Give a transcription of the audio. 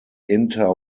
inter